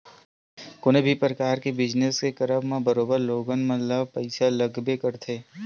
कोनो भी परकार के बिजनस के करब म बरोबर लोगन मन ल पइसा लगबे करथे